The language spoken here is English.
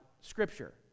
Scripture